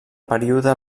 període